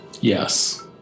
Yes